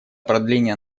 продления